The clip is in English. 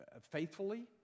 faithfully